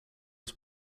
was